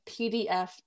PDF